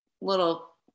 little